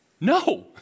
No